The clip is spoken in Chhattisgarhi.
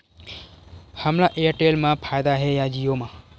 हमला एयरटेल मा फ़ायदा हे या जिओ मा?